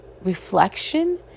reflection